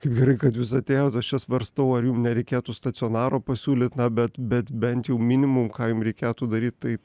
kaip gerai kad jūs atėjot aš čia svarstau ar jum nereikėtų stacionaro pasiūlyt na bet bet bent jau minimum ką jum reikėtų daryt tai